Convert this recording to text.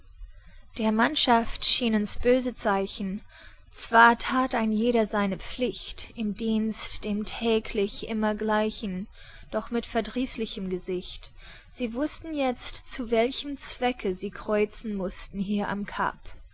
der mannschaft schienen's böse zeichen zwar that ein jeder seine pflicht im dienst dem täglich immer gleichen doch mit verdrießlichem gesicht sie wußten jetzt zu welchem zwecke sie kreuzen mußten hier am